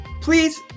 please